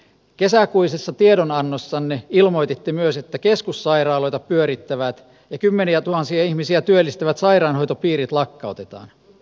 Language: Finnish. kesäkuisessa tiedonannossanne ilmoititte myös että keskussairaaloita pyörittävät ja kymmeniätuhansia ihmisiä työllistävät sairaanhoitopiirit lakkautetaan